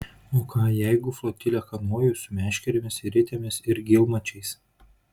o ką jeigu flotilę kanojų su meškerėmis ir ritėmis ir gylmačiais